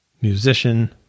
musician